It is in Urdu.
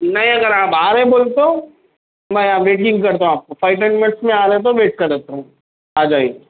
نہیں اگر آپ آ رہے بولے تو میں یہاں ویٹنگ کرتا آپ کو فائو ٹین منٹ میں آ رہے تو ویٹ کرلیتا ہوں آ جائیے